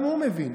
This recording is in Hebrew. גם הוא מבין.